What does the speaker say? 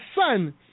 son